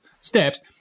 steps